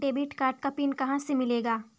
Debit card का PIN कहां से मिलेगा?